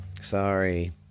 sorry